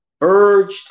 urged